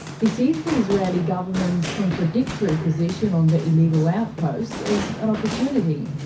he sees the israeli government's contradictory position on the illegal outposts as an opportunity.